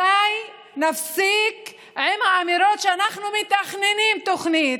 מתי נפסיק עם האמירות ש"אנחנו מתכננים תוכניות"